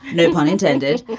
no pun intended.